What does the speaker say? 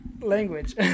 language